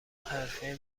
حرفه